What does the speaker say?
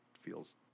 feels